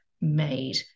made